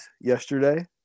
yesterday